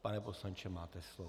Pane poslanče, máte slovo.